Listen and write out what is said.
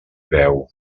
veu